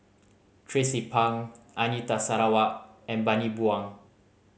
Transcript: Tracie Pang Anita Sarawak and Bani Buang